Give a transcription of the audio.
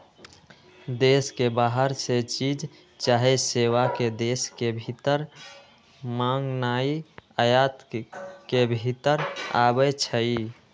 देश के बाहर से चीज चाहे सेवा के देश के भीतर मागनाइ आयात के भितर आबै छइ